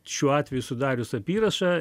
šiuo atveju sudarius apyrašą